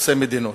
וחוצה מדינות.